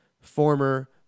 former